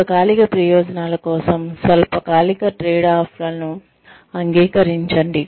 దీర్ఘకాలిక ప్రయోజనాల కోసం స్వల్పకాలిక ట్రేడ్ ఆఫ్లను అంగీకరించండి